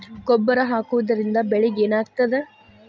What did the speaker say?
ಗೊಬ್ಬರ ಹಾಕುವುದರಿಂದ ಬೆಳಿಗ ಏನಾಗ್ತದ?